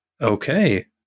okay